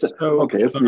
Okay